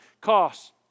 costs